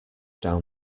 down